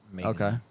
Okay